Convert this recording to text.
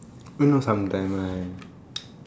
you know sometimes right